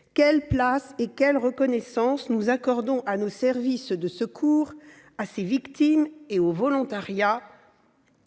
; la place et la reconnaissance que nous accordons à nos services de secours, à leurs victimes et au volontariat